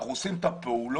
אנחנו עושים את הפעולות